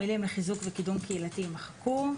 המילים "לחיזוק וקידום קהילתי" יימחקו.